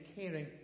caring